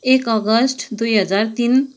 एक अगस्त दुई हजार तीन